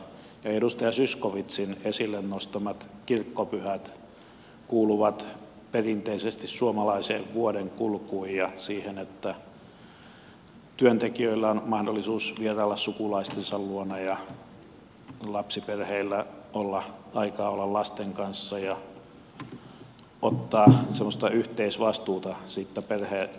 edustaja zyskowiczin esille nostamat kirkkopyhät kuuluvat perinteisesti suomalaiseen vuodenkulkuun ja siihen että työntekijöillä on mahdollisuus vierailla sukulaistensa luona ja lapsiperheillä on aikaa olla lasten kanssa ja ottaa semmoista yhteisvastuuta siitä perhe elämästä